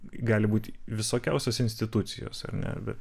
gali būti visokiausios institucijos ar ne bet